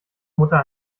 mutter